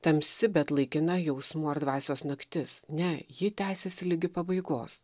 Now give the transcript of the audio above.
tamsi bet laikina jausmų ar dvasios naktis ne ji tęsiasi ligi pabaigos